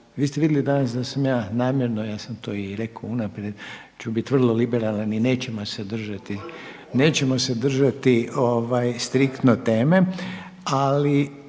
Vi ste vidjeli danas da sam ja namjerno, ja sam to i rekao unaprijed ću biti vrlo liberalan i nećemo se držati striktno teme, ali